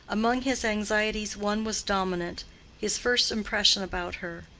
among his anxieties one was dominant his first impression about her,